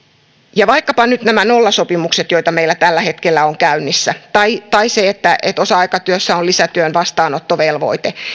vaikkapa nyt nämä nollasopimukset joita meillä tällä hetkellä on käynnissä tai tai se että että osa aikatyössä on lisätyön vastaanottovelvoite